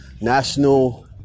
National